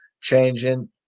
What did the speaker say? changing